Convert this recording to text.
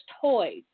toys